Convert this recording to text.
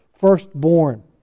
Firstborn